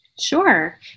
Sure